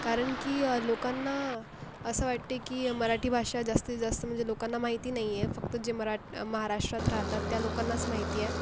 कारण की लोकांना असं वाटते की मराठी भाषा जास्तीत जास्त म्हणजे लोकांना माहिती नाही आहे फक्त जे मरा महाराष्ट्रात राहतात त्या लोकांनाच माहिती आहे